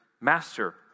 Master